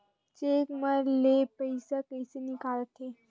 Cheque म ले पईसा कइसे निकलथे?